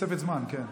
תוספת זמן, כן.